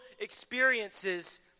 experiences